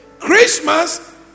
Christmas